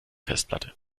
festplatte